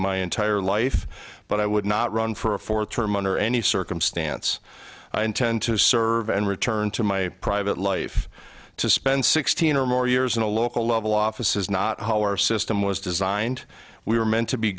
my entire life but i would not run for a fourth term under any circumstance i intend to serve and return to my private life to spend sixteen or more years in a local level office is not how our system was designed we were meant to be